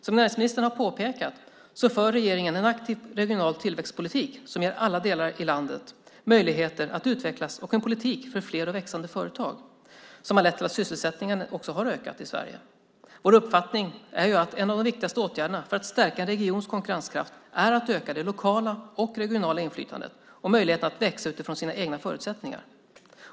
Som näringsministern påpekade för regeringen en aktiv regional tillväxtpolitik som ger alla delar av landet möjligheter att utvecklas. Regeringen för också en politik för fler och växande företag som har lett till att sysselsättningen har ökat i Sverige. Vår uppfattning är att en av de viktigaste åtgärderna för att stärka en regions konkurrenskraft är att öka det lokala och regionala inflytandet och möjligheten att växa utifrån sina egna förutsättningar.